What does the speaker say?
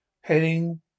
heading